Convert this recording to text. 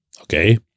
Okay